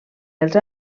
els